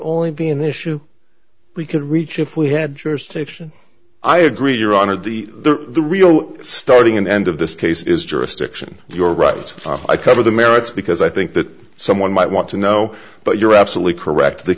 only be an issue we could reach if we had jurisdiction i agree your honor the the the real starting and end of this case is jurisdiction you're right i cover the merits because i think that someone might want to know but you're absolutely correct the